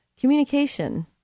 communication